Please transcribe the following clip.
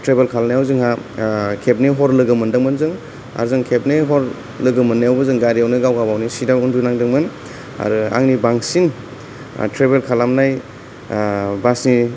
travel खालामनायाव जोंहा खेबनै हर लोगो मोनदों मोन जों आरो जों खेबनै हर लोगो मोननायावनो जों गारियावनो गाव गावनि सिटाव उन्दुनांदोंमोन आरो आंनि बांसिन ट्रेबेल खालामनाय बासनि